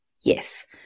Yes